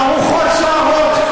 הרוחות סוערות,